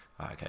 Okay